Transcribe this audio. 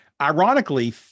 Ironically